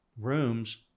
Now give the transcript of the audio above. rooms